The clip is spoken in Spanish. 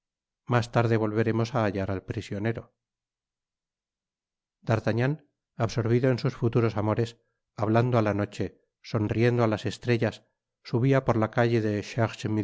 mas tarde volveremos á hallar al prisionero d'artagnan absorvido en sus futuros amores hablando ála noche sonriendo alas estrellas subia por la calle de